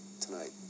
tonight